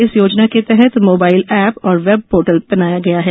इस योजना के लिए मोबाइल ऐप और वेब पोर्टल भी बनाया गया है